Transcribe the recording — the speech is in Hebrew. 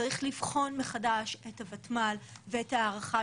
שצריך לבחון מחדש את הוותמ"ל ואת ההארכה